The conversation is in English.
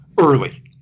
early